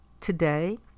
today